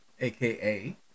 aka